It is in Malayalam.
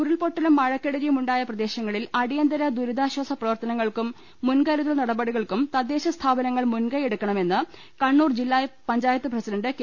ഉരുൾപൊട്ടലും മഴകെടുതിയും ഉണ്ടായ പ്രദേശങ്ങളിൽ അടിയന്തര ദുരിതാശ്വാസ പ്രവർത്തനങ്ങൾക്കും മുൻ കരുതൽ നടപടികൾക്കും തദ്ദേശസ്ഥാപനങ്ങൾ മുൻകയ്യെടുക്കണമെന്ന് കണ്ണൂർ ജില്ലാ പഞ്ചായത്ത് പ്രസിഡണ്ട് കെ